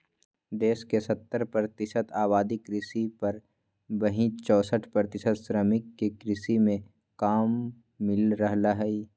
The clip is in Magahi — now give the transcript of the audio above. देश के सत्तर प्रतिशत आबादी कृषि पर, वहीं चौसठ प्रतिशत श्रमिक के कृषि मे काम मिल रहल हई